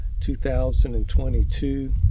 2022